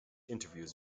interviews